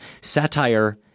satire